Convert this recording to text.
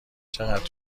چقدر